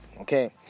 okay